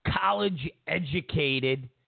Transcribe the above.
college-educated